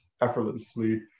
effortlessly